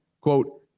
Quote